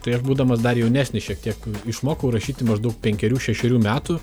tai aš būdamas dar jaunesnis šiek tiek išmokau rašyti maždaug penkerių šešerių metų